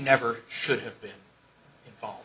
never should have been involved